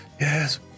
yes